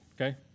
okay